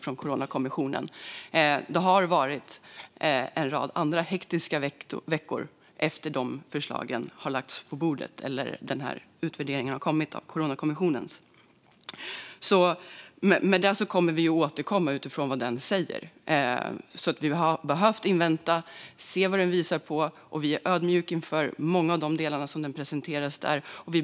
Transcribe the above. Det har också varit en rad hektiska veckor efter att dessa förslag lades på bordet, eller efter att Coronakommissionens utvärdering kom. Vi kommer att återkomma utifrån vad utvärderingen säger. Vi har behövt invänta den och se vad den visar på. Vi är ödmjuka inför många av de delar som presenteras där.